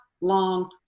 long